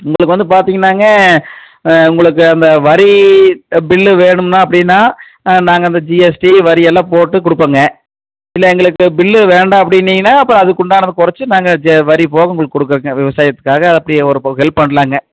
உங்களுக்கு வந்து பார்த்தீங்கன்னாங்க உங்களுக்கு அந்த வரி பில் வேணும்ன்னா அப்படின்னா நாங்கள் அந்த ஜிஎஸ்டி வரி எல்லாம் போட்டு கொடுப்போங்க இல்லை எங்களுக்கு பில் வேண்டாம் அப்படின்னீங்கன்னா அப்போ அதுக்கு உண்டானதை குறைச்சு நாங்கள் ஜி வரி போக உங்களுக்கு கொடுக்குறோங்க விவசாயத்துக்காக அப்படி ஒரு ஹெல்ப் பண்ணலாங்க